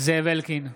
זאב אלקין,